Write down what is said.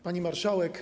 Pani Marszałek!